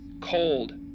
cold